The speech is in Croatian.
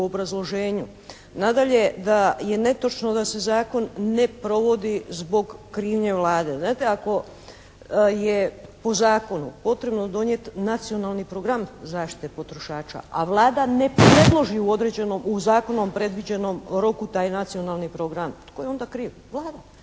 Nadalje, da je netočno da se zakon ne provodi zbog krivnje Vlade. Znate, ako je po zakonu potrebno donijeti nacionalni program zaštite potrošača, a Vlada ne predloži u određenom u zakonom predviđenom roku taj nacionalni program tko je onda kriv? Vlada.